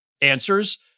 answers